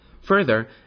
Further